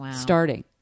starting